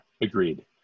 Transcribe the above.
Agreed